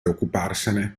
occuparsene